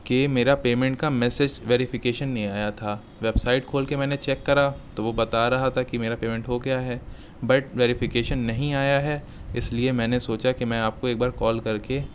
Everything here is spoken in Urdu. کہ میرا پیمنٹ کا میسج ویریفیکیشن نہیں آیا تھا ویب سائٹ کھول کر میں نے چیک کرا تو وہ بتا رہا تھا کہ میرا پیمنٹ ہو گیا ہے بٹ ویریفیکیشن نہیں آیا ہے اس لیے میں نے سوچا کہ میں آپ کو ایک بار کال کر کے